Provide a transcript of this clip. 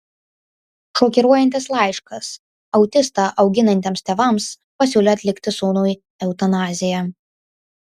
šokiruojantis laiškas autistą auginantiems tėvams pasiūlė atlikti sūnui eutanaziją